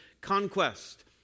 conquest